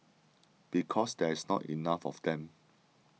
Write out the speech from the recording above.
because there's not enough of them